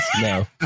No